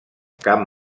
camp